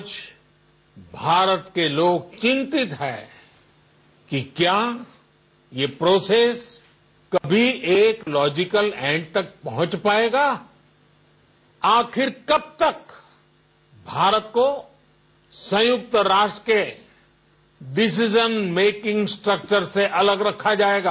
आज भारत के लोग चिंतित है कि क्या ये प्रोसेस कभी एक लॉजिकल एण्ड तक पहुंच पायेगा आखिर कब तक भारत को संयुक्त रराष्ट्र के डिसीजन मेकिंग स्ट्रक्वर से अलग रखा जायेगा